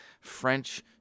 French